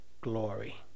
glory